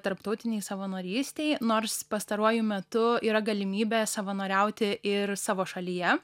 tarptautinei savanorystei nors pastaruoju metu yra galimybė savanoriauti ir savo šalyje